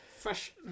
fresh